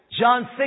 John